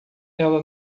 ela